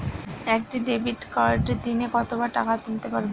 একটি ডেবিটকার্ড দিনে কতবার টাকা তুলতে পারব?